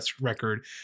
record